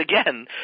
again